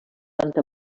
planta